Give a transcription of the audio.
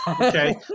Okay